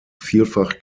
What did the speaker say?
vielfach